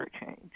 change